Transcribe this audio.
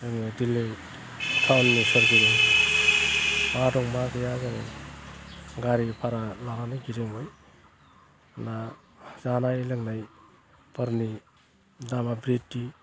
जोङो दिल्ली थावनि सोरगिदिं मा दं मा गैया जोङो गारि भारा लानानै गिदिंदोंमोन दा जानाय लोंनायफोरनि दामा ब्रिद्धि